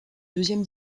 deuxième